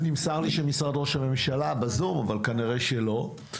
נמסר לי שמשרד ראש הממשלה בזום, אבל כנראה שלא.